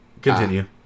continue